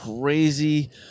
crazy